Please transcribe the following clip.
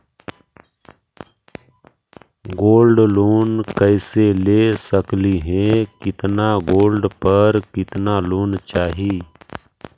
Gold loan कैसे ले सकली हे, कितना गोल्ड पर कितना लोन चाही?